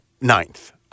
ninth